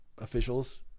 officials